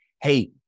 Hey